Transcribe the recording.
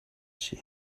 she